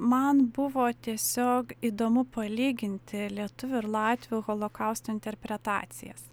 man buvo tiesiog įdomu palyginti lietuvių ir latvių holokausto interpretacijas